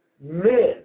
men